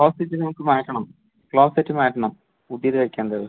closet നമുക്ക് മാറ്റണം closet മാറ്റണം പുതിയത് വയ്ക്കാം അത്